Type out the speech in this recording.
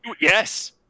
Yes